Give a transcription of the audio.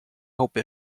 hope